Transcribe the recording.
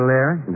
Larry